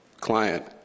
client